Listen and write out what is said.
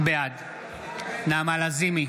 בעד נעמה לזימי,